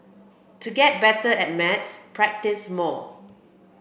to get better at maths practise more